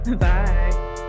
bye